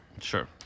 Sure